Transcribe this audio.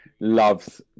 loves